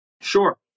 Sure